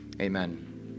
Amen